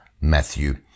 Matthew